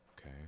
Okay